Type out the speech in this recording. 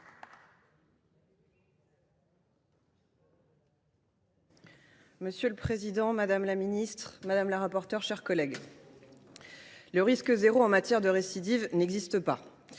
Monsieur le président, madame la ministre, mes chers collègues, le risque zéro en matière de récidive n’existe pas.